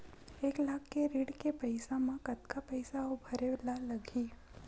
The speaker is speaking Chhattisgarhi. एक लाख के ऋण के पईसा म कतका पईसा आऊ भरे ला लगही?